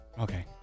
Okay